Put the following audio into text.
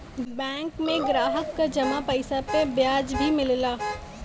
bank में ग्राहक क जमा पइसा पे ब्याज भी मिलला